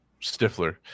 stifler